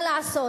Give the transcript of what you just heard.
מה לעשות,